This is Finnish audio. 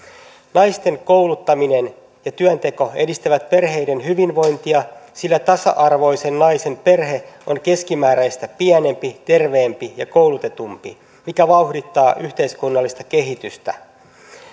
naisten kouluttaminen ja työnteko edistävät perheiden hyvinvointia sillä tasa arvoisen naisen perhe on keskimääräistä pienempi terveempi ja koulutetumpi mikä vauhdittaa yhteiskunnallista kehitystä